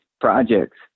projects